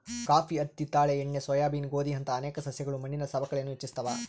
coffee ಹತ್ತಿ ತಾಳೆ ಎಣ್ಣೆ ಸೋಯಾಬೀನ್ ಗೋಧಿಯಂತಹ ಅನೇಕ ಸಸ್ಯಗಳು ಮಣ್ಣಿನ ಸವಕಳಿಯನ್ನು ಹೆಚ್ಚಿಸ್ತವ